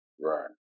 Right